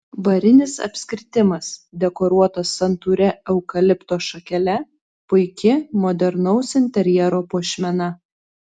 varinis apskritimas dekoruotas santūria eukalipto šakele puiki modernaus interjero puošmena